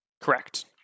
Correct